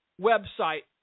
website